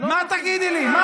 מה?